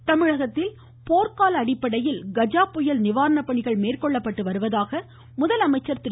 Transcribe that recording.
கஜா புயல் முதலமைச்சர் தமிழகத்தில் போர்க்கால அடிப்படையில் கஜா புயல் நிவாரண பணிகள் மேற்கொள்ளப்பட்டு வருவதாக முதலமைச்சர் திரு